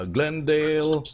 Glendale